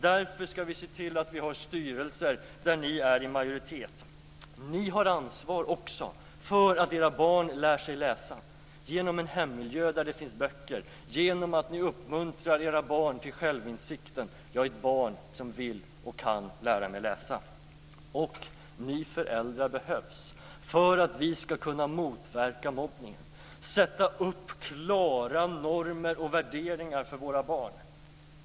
Därför skall vi se till att vi har styrelser där ni är i majoritet. Ni har också ansvar för att era barn lär sig läsa, genom en hemmiljö där det finns böcker, genom att ni uppmuntrar era barn till självinsikten: Jag är ett barn som vill och kan lära mig läsa. Ni föräldrar behövs för att vi skall kunna motverka mobbningen, för att vi skall kunna sätta upp klara normer och värderingar för våra barn.